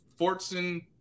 Fortson